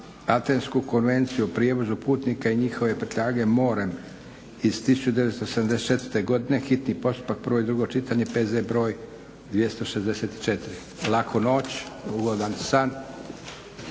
Atensku konvenciju o prijevozu putnika i njihove prtljage morem iz 1974. godine, hitni postupak, prvo i drugo čitanje, PZE br. 264. Laku noć! Ugodan san!